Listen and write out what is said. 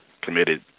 committed